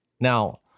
Now